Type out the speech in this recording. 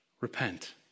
Repent